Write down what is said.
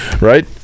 right